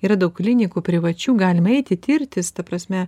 yra daug klinikų privačių galim eiti tirtis ta prasme